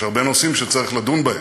יש הרבה נושאים שצריך לדון בהם,